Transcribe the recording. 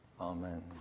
Amen